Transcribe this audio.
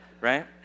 right